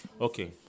Okay